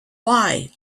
why